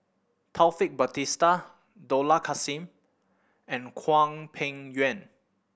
Taufik Batisah Dollah Kassim and Hwang Peng Yuan